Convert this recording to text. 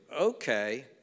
okay